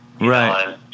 Right